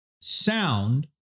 sound